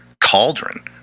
cauldron